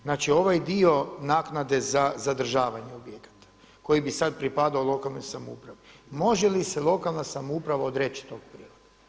Znači ovaj dio naknade za zadržavanje objekata koji bi sada pripadao lokalnoj samoupravi, može li se lokalna samouprava odreći tog prihoda?